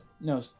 No